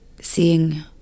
seeing